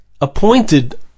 appointed